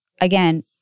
again